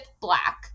black